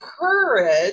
courage